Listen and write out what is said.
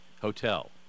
hotel